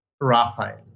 Raphael